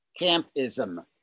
campism